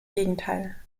gegenteil